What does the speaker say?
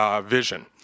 vision